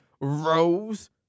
rose